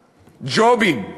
ג'ובים,